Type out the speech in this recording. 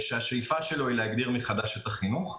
השאיפה שלו היא להגדיר מחדש את החינוך.